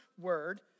word